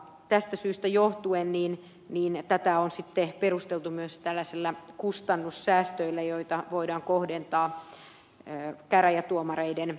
tästä syystä johtuen tätä on sitten perusteltu myös tällaisilla kustannussäästöillä joita voidaan kohdentaa käräjätuomareiden lisäpalkkaamiseen